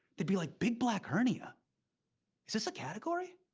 they'd be like, big black hernia is this a category?